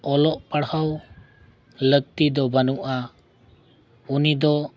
ᱚᱞᱚᱜ ᱯᱟᱲᱦᱟᱣ ᱞᱟᱹᱠᱛᱤ ᱫᱚ ᱵᱟᱹᱱᱩᱜᱼᱟ ᱩᱱᱤ ᱫᱚ